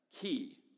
key